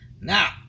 Now